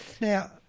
Now